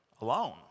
alone